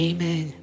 Amen